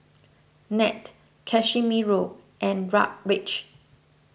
Nat Casimiro and Raleigh